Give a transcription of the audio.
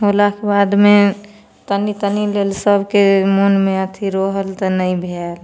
होलाके बादमे तनि तनि लेल सभके मोनमे अथी रहल तऽ नहि भेल